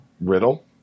Riddle